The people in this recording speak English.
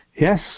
Yes